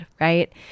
right